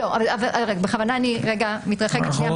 בכוונה אני מתרחקת שנייה.